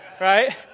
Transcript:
Right